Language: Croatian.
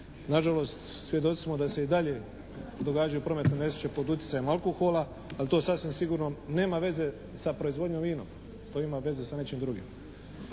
Na žalost svjedoci smo da se i dalje događaju prometne nesreće pod utjecajem alkohola, ali to sasvim sigurno nema veze sa proizvodnjom vinom. To ima veze sa nečim drugim.